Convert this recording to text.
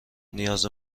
نیاز